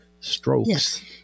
strokes